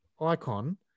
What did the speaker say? Icon